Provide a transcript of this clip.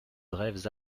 brèves